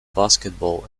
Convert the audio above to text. basketball